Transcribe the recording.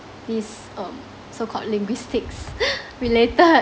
this um so called linguistics related